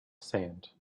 sand